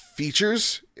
Features